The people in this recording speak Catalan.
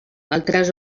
altres